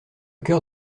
cœur